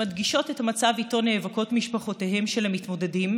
שמדגישות את המצב שאיתו נאבקות משפחותיהם של המתמודדים